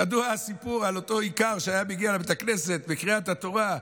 ידוע הסיפור על אותו איכר שהיה מגיע לבית הכנסת בקריאת התורה.